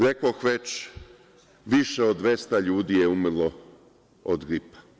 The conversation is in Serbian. Rekoh već, više od 200 ljudi je umrlo od gripa.